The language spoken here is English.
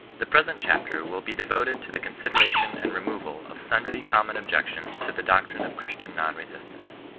the present chapter will be detoted to the consideration and removal of sundry common objections to the doc trine of christian non-resistance.